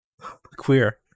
Queer